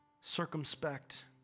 circumspect